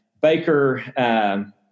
Baker